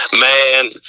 Man